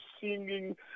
singing